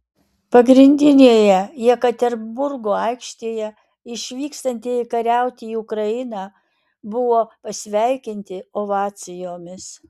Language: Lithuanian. pagrindinėje jekaterinburgo aikštėje išvykstantieji kariauti į ukrainą buvo pasveikinti ovacijomis